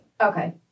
Okay